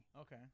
Okay